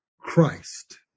Christ